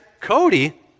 Cody